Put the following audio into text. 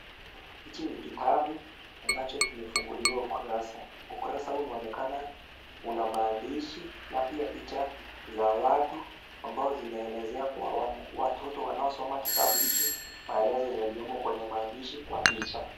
Hichi ni kitabu, ambacho kimefunguliwa ukurasa. Ukurasa unaonekana una maandishi, na pia picha za watu, ambao zinaelezea kwa watoto wanaosoma kitabu hiki, maelezo yaliyomo kwenye maandishi kwa picha.